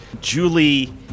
Julie